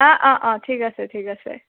অঁ অঁ অঁ ঠিক আছে ঠিক আছে